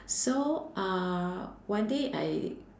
so uh one day I